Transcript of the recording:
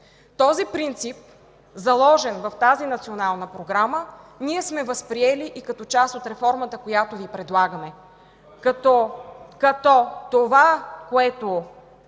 Този принцип, заложен в Националната програма, сме възприели и като част от реформата, която Ви предлагаме. Това, което